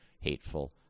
hateful